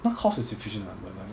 no cost is efficient lah but like